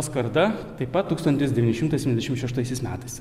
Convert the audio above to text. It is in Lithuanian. skarda taip pat tūkstantis devyni šimtai septyniasdešim šeštaisiais metais